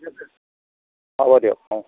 হ'ব দিয়ক অহ